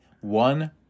One